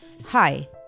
Hi